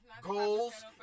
goals